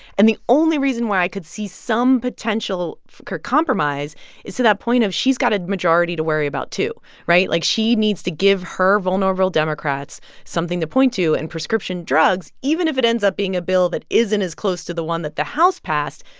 and the only reason why i could see some potential compromise is to that point of she's got a majority to worry about, too, right? like, she needs to give her vulnerable democrats something to point to. and prescription drugs, even if it ends up being a bill that isn't as close to the one that the house passed,